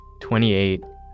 28